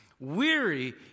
Weary